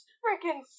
freaking